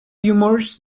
rumors